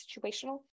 situational